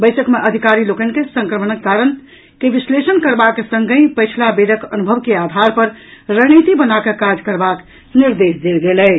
बैसक मे अधिकारी लोकनि के संक्रमणक कारण के विशलेषण करबाक संगहि पछिला बेरक अनुभव के आधार पर रणनीति बनाकऽ काज करबाक निर्देश देल गेल अछि